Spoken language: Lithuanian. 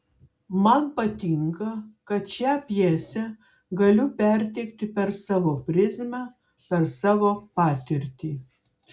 man patinka kad šią pjesę galiu perteikti per savo prizmę per savo patirtį